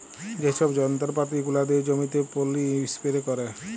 যে ছব যল্তরপাতি গুলা দিয়ে জমিতে পলী ইস্পেরে ক্যারে